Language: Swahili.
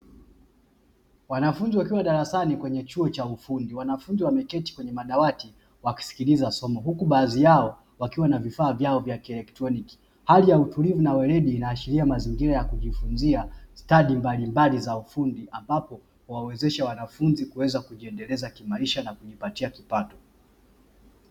Wanafunzi wakiwa darasani kwenye chuo cha ufundi, wanafunzi wameketi kwenye madawati wakisikiliza somo, huku baadhi yao wakiwa na vifaa vyao vya kielektroniki. Hali ya utulivu na weledi inaashiria mazingira ya kujifunzia stadi mbalimbali za ufundi, ambapo huwawezesha wanafunzi kuweza kujiendeleza kimaisha na kujipatia kipato.